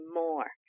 more